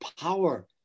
power